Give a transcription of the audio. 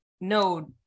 no